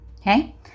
okay